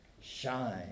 shine